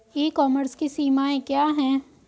ई commerce की सीमाएं क्या हैं?